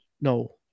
No